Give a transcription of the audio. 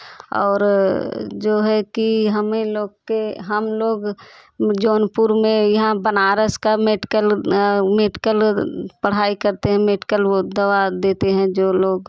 और जो है कि हमें लोग के हम लोग जौनपुर में यहाँ बनारस का मेडिकल मेडिकल पढ़ाई करते हैं मेडिकल वे दवा देते हैं जो लोग